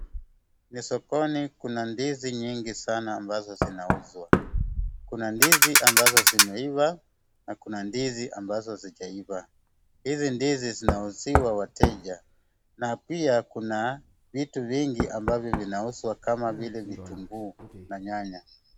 Ni sokoni kuna ndizi nyingi sana ambazo zinauzwa. Kuna ndizi ambazo zimeiva na kuna ndizi ambazo hazijaiva. Hizi ndizi zinauziwa wateja na pia kuna vitu vingi ambavyo vinauzwa kama vile vitunguu na nyanya.